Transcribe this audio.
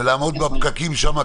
ולעמוד בפקקים שם,